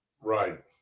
Right